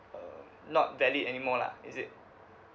um not valid any more lah is it